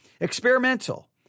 Experimental